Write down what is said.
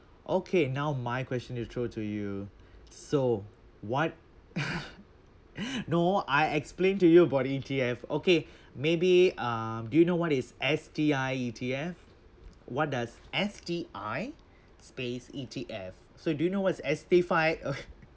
okay now my question to throw to you so what no I explain to you about E_T_F okay maybe uh do you know what is S_T_I E_T_F what does S_T_I space E_T_F so do you know what is S_P five